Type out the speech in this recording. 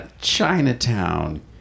Chinatown